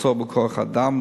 מחסור בכוח-אדם,